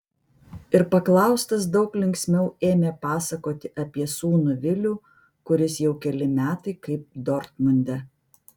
ir paklaustas daug linksmiau ėmė pasakoti apie sūnų vilių kuris jau keli metai kaip dortmunde